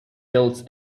builds